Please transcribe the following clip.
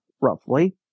roughly